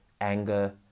anger